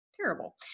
terrible